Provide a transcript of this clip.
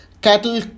cattle